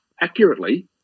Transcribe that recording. accurately